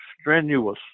strenuous